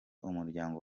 umuryango